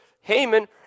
Haman